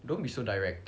don't be so direct